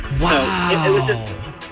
Wow